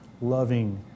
loving